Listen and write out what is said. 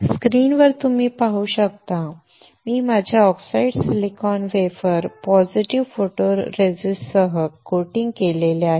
स्क्रीनवर तुम्ही पाहू शकता मी माझ्या ऑक्सिडाइज्ड सिलिकॉन वेफरला पॉझिटिव्ह फोटोरेसिस्टसह कोटिंग केले आहे